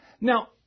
Now